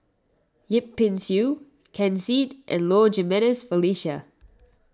Yip Pin Xiu Ken Seet and Low Jimenez Felicia